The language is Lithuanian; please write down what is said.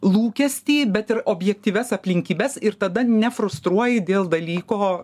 lūkestį bet ir objektyvias aplinkybes ir tada ne frustruoji dėl dalyko